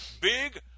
Big